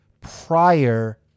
prior